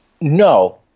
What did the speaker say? No